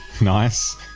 Nice